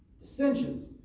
dissensions